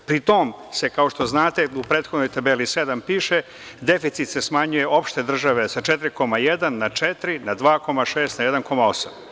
Pri tom se, kao što znate, u prethodnoj tabeli 7. piše – deficit se smanjuje opšte države sa 4,1 na 4, na 2,6, na 1,8.